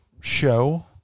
show